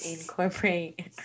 incorporate